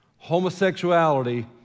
homosexuality